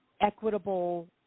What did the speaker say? equitable